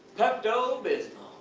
pepto bismol.